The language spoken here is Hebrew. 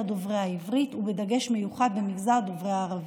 דוברי העברית ובדגש מיוחד במגזר דוברי הערבית.